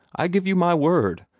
i give you my word,